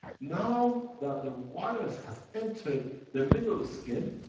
now that the virus has entered the middle skin,